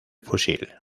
fusil